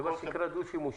זה מה שנקרא דו-שימושי.